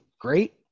great